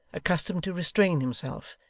accustomed to restrain himself,